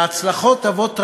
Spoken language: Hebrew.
להצלחות אבות רבים,